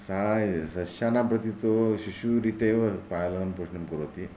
सा सस्यानां प्रति तु शिशुः रीत्य पालनं पोषणं करोति